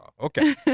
okay